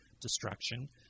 destruction